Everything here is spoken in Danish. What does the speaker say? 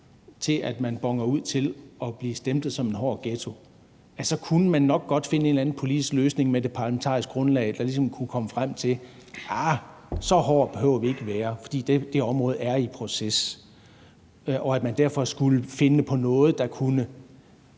ud i forhold til at blive stemplet som en hård ghetto, at man kunne have fundet en eller anden politisk løsning med det parlamentariske grundlag, der ligesom kunne komme frem til, at så hårde behøver man ikke at være, for det område er i proces, og at man derfor skulle finde på noget, der kunne